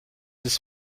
ist